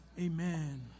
Amen